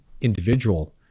individual